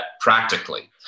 practically